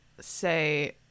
say